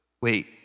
wait